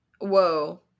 Whoa